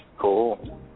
Cool